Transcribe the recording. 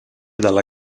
dalla